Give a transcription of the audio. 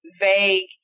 vague